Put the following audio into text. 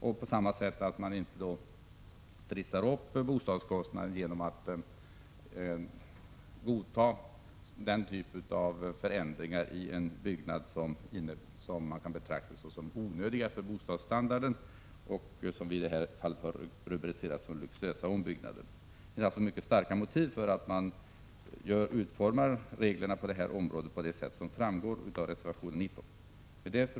Man bör heller inte bidra till att trissa upp bostadskostnaderna genom att godta den typ av förändringar i en byggnad som kan betraktas som onödiga när det gäller bostadsstandarden — ombyggnader som vi har rubricerat som luxuösa. Det finns alltså mycket starka motiv för att man bör utforma reglerna på detta område på det sätt som framgår av reservation 19. Fru talman!